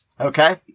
Okay